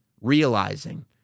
realizing